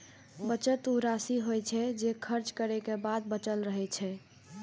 बचत ऊ राशि होइ छै, जे खर्च करै के बाद बचल रहै छै